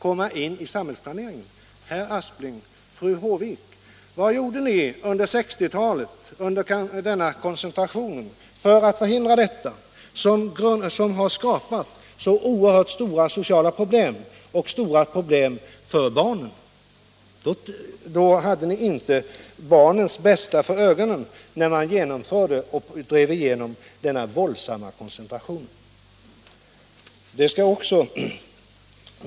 Vad gjorde herr Aspling och fru Håvik under 1960-talet för att förhindra denna koncentration som skapat så oerhört stora sociala problem, särskilt för barnen? När ni drev igenom denna våldsamma koncentration hade ni inte barnens bästa för ögonen.